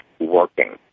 working